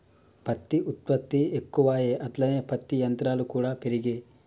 పత్తి ఉత్పత్తి ఎక్కువాయె అట్లనే పత్తి యంత్రాలు కూడా పెరిగే